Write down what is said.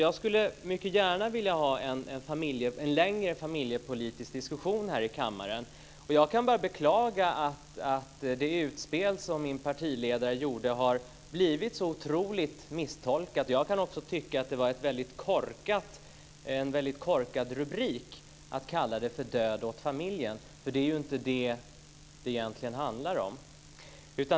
Jag skulle mycket gärna vilja ha en längre familjepolitisk diskussion här i kammaren. Jag kan bara beklaga att det utspel som min partiledare gjorde har blivit så otroligt misstolkat. Jag kan också tycka att det var en väldigt korkad rubrik att kalla det för Död åt familjen! Det är ju inte detta det egentligen handlar om.